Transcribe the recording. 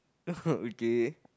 okay